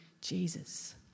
Jesus